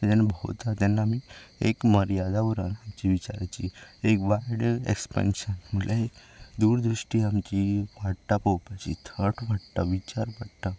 जेन्ना भोंवतात तेन्ना आमी एक मर्यादा उरना आमचे विचारांची एक वायड एक्सपांशन म्हळ्यार एक दुरदृश्टी आमची वाडटा पळोवपाची थोट वाडटा विचार वाडटा